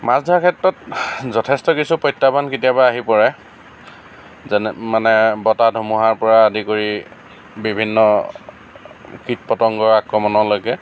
মাছ ধৰাৰ ক্ষেত্ৰত যথেষ্ট কিছু প্ৰত্যাহ্বান কেতিয়াবা আহি পৰে যেনে মানে বতাহ ধুমুহাৰ পৰা আদি কৰি বিভিন্ন কীট পতংগৰ আক্ৰমণলৈকে